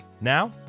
Now